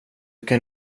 kan